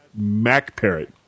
MacParrot